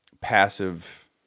passive